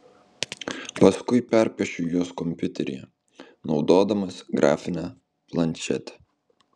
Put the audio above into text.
paskui perpiešiu juos kompiuteryje naudodamas grafinę planšetę